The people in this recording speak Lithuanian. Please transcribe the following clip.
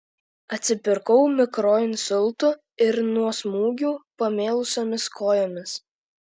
atsipirkau mikroinsultu ir nuo smūgių pamėlusiomis kojomis